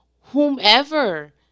whomever